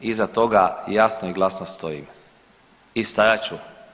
Iza toga jasno i glasno stojim i stajat ću.